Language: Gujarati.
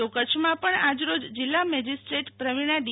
તો કચ્છમાં પણ આજ રોજ જિલ્લા મેજીસ્ટ્રેટ પ્રવિણા ડી